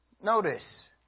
Notice